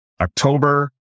October